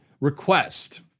request